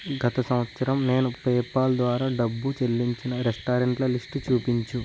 గత సంవత్సరం నేను పేపాల్ ద్వారా డబ్బు చెల్లించిన రెస్టారెంట్ల లిస్టు చూపించు